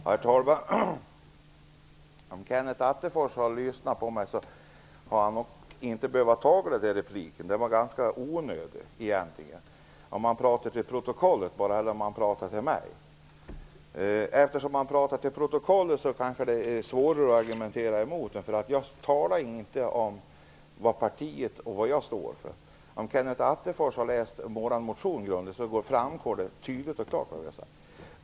Herr talman! Om Kenneth Attefors hade lyssnat på mig hade han inte behövt ta den här repliken. Det var egentligen ganska onödigt. Frågan är om han bara talar till protokollet eller om han talar till mig. Eftersom han verkar tala till protokollet är det kanske svårare att argumentera emot. Jag talade inte om vad jag och Vänsterpartiet står för. Om Kenneth Attefors läser vår motion grundligt framgår det tydligt och klart vad vi har sagt.